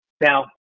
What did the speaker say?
Now